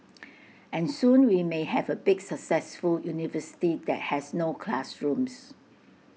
and soon we may have A big successful university that has no classrooms